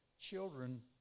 Children